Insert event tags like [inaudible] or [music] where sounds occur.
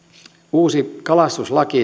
uusi kalastuslaki [unintelligible]